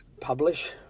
publish